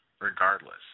regardless